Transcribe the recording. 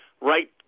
right